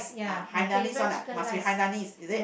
uh Hainanese one ah must be Hainanese is it